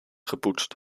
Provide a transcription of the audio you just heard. gepoetst